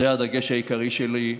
זה הדגש העיקרי שלי.